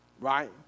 right